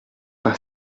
par